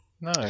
No